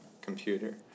computer